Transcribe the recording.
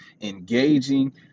engaging